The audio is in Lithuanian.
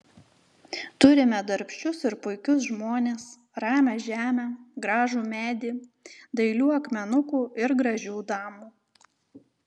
turime darbščius ir puikius žmones ramią žemę gražų medį dailių akmenukų ir gražių damų